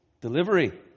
Delivery